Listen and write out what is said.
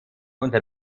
unter